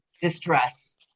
distress